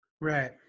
Right